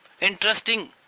interesting